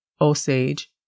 Osage